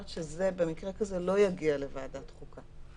אומרת שבמקרה כזה זה לא יגיע לוועדת חוקה.